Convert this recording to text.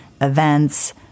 events